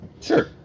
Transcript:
Sure